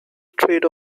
trade